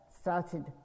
started